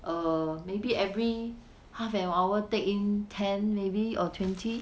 err maybe every half an hour take in ten maybe or twenty